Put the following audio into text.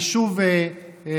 אני שוב רוצה,